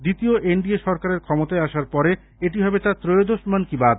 দ্বিতীয় এনডিএ সরকারের ক্ষমতায় আসার পরে এটি হবে তাঁর ত্রয়োদশ মন কি বাত